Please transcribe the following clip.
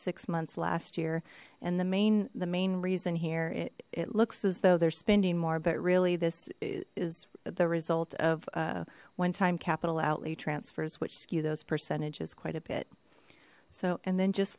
six months last year and the main the main reason here it looks as though they're spending more but really this is the result of one time capital out the transfers which skew those percentages quite a bit so and then just